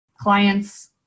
clients